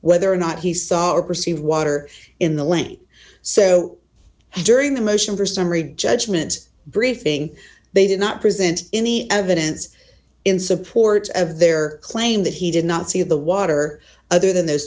whether or not he saw or perceive water in the lane so during the mission for summary judgment briefing they did not present any evidence in support of their claim that he did not see of the water other than those